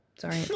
Sorry